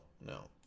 no